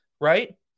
right